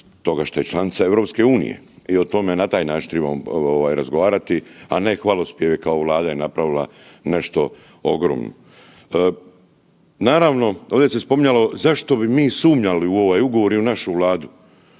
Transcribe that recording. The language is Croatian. toga što je članica EU i o tome na taj način trebamo razgovarati, a ne hvalospjeve kao Vlada je napravila nešto ogromno. Naravno, ovdje se spominjalo zašto bi mi sumnjali u ovaj ugovor i u našu Vladu.